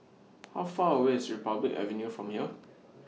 How Far away IS Republic Avenue from here